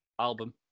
album